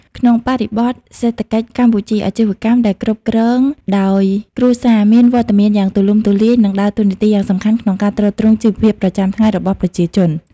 ក្នុងបរិបទសេដ្ឋកិច្ចកម្ពុជា អាជីវកម្មដែលគ្រប់គ្រងដោយគ្រួសារ មានវត្តមានយ៉ាងទូលំទូលាយ និងដើរតួនាទីយ៉ាងសំខាន់ក្នុងការទ្រទ្រង់ជីវភាពប្រចាំថ្ងៃរបស់ប្រជាជន។